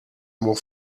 more